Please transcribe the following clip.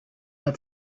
had